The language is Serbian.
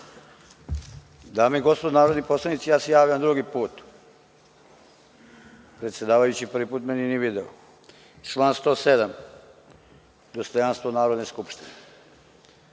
Dame i gospodo narodni poslanici, ja se javljam drugi put. Predsedavajući prvi put mene nije video. Član 107, dostojanstvo Narodne skupštine.